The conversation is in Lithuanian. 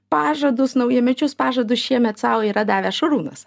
pažadus naujamečius pažadus šiemet sau yra davęs šarūnas